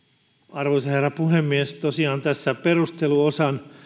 arvoisa herra puhemies tosiaan tässä perusteluosan